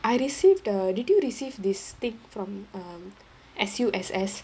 I received the did you receive this stick from um S_U_S_S